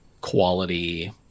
quality